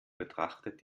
betrachtet